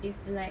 is like